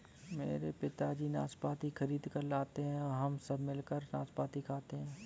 मेरे पिताजी नाशपाती खरीद कर लाते हैं हम सब मिलकर नाशपाती खाते हैं